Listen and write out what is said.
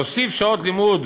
הוספת שעות לימוד